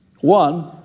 One